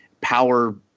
power